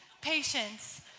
patience